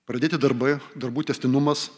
pradėti darbai darbų tęstinumas